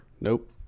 Nope